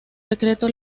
decreto